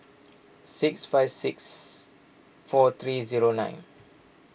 six five six four three zero nine